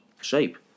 shape